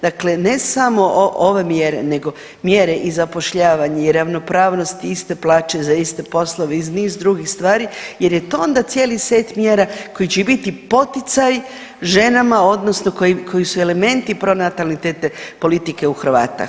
Dakle, ne samo ove mjere nego mjere i zapošljavanja i ravnopravnosti, iste plaće za iste poslove i niz drugih stvari jer je to onda cijeli set mjera koji će biti poticaj ženama odnosno koji su elementi pronatalitetne politike u Hrvata.